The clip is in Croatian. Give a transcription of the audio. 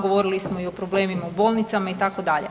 Govorili smo i o problemima u bolnicama itd.